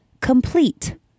complete